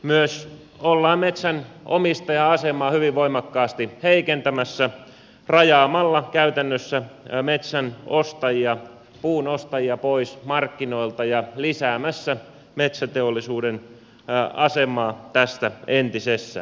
myös ollaan metsänomistajan asemaa hyvin voimakkaasti heikentämässä rajaamalla käytännössä metsänostajia puunostajia pois markkinoilta ja lisäämässä metsäteollisuuden asemaa tässä entisestään